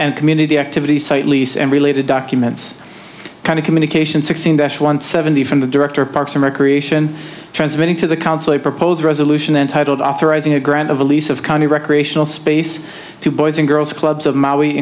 and community activities site lease and related documents kind of communication sixteen that's one seventy from the director of parks and recreation transmitting to the council a proposed resolution entitled authorizing a grant of lease of cannae recreational space to boys and girls clubs of maui